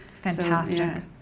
Fantastic